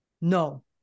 no